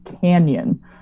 canyon